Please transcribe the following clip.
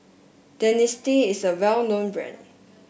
Dentiste is a well known brand